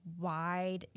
wide